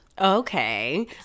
Okay